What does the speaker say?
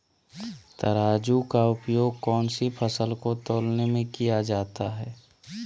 तराजू का उपयोग कौन सी फसल को तौलने में किया जाता है?